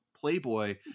Playboy